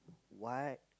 why